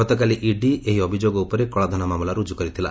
ଗତକାଲି ଇଡି ଏହି ଅଭିଯୋଗ ଉପରେ କଳାଧନ ମାମଲା ରୁକ୍କୁ କରିଥିଲା